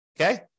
Okay